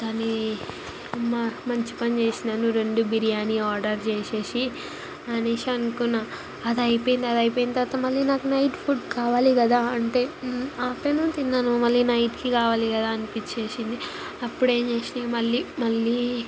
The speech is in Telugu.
కానీ అమ్మా మంచిపని చేసినాను రెండు బిర్యానీ ఆర్డర్ చేసేసి అనేసి అనుకున్నాను అదయిపోయింది అదయిపోయిన తర్వాత మళ్ళీ నాకు నైట్ ఫుడ్ కావాలి కదా అంటే ఆఫ్టర్నూన్ తిన్నాను మళ్ళీ నైట్కి కావాలి కదా అనిపిచ్చేసింది అప్పుడేంచేసి మళ్ళీ మళ్ళీ